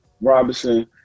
Robinson